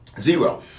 zero